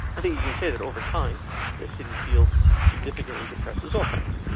but you can see that overtime the citi field significantly depresses offense.